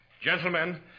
Gentlemen